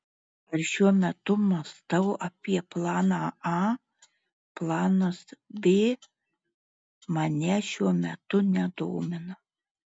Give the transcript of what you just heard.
aš šiuo metu mąstau apie planą a planas b manęs šiuo metu nedomina